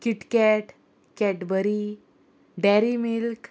KitKat Cadbury dairy milk